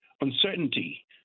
uncertainty